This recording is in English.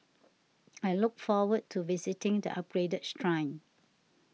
I look forward to visiting the upgraded shrine